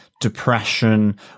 depression